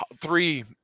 three